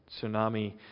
tsunami